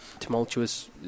tumultuous